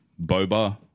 boba